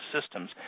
systems